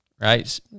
right